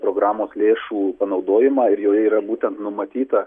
programos lėšų panaudojimą ir joje yra būtent numatyta